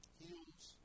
heals